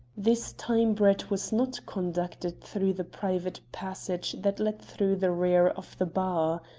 this time brett was not conducted through the private passage that led through the rear of the bar.